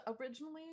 originally